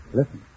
Listen